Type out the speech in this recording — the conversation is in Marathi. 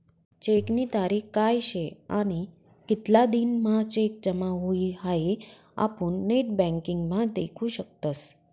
चेकनी तारीख काय शे आणि कितला दिन म्हां चेक जमा हुई हाई आपुन नेटबँकिंग म्हा देखु शकतस